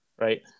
Right